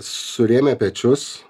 surėmę pečius